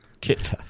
Kit